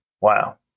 Wow